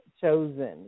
chosen